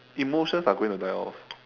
emotions are going to die off